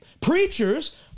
preachers